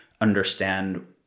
Understand